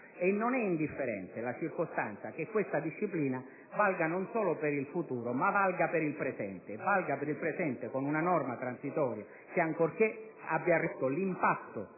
Non è indifferente la circostanza che questa disciplina valga non solo per il futuro, ma anche per il presente: valga per il presente con una norma transitoria che, ancorché abbia ridotto l'impatto